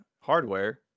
hardware